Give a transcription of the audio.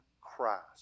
christ